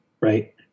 right